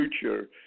future